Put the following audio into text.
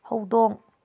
ꯍꯧꯗꯣꯡ